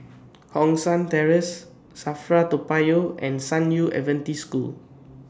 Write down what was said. Hong San Terrace SAFRA Toa Payoh and San Yu Adventist School